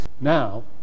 Now